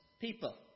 people